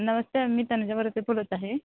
नमस्ते ma'am मी तनुजा वर्ते बोलत आहे